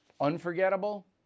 Unforgettable